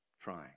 trying